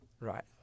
Right